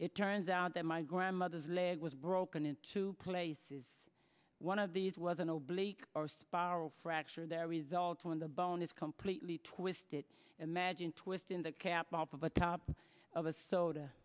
it turns out that my grandmother's leg was broken in two places one of these was a nobley or spiral fracture their results on the bone is completely twisted imagine twisting the cap off of a top of a soda